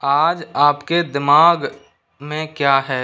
आज आप के दिमाग में क्या है